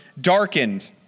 darkened